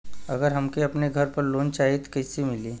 अगर हमके अपने घर पर लोंन चाहीत कईसे मिली?